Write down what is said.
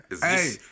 Hey